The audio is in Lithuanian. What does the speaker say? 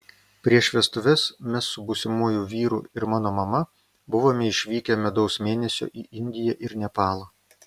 prieš vestuves mes su būsimuoju vyru ir mano mama buvome išvykę medaus mėnesio į indiją ir nepalą